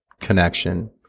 connection